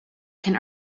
can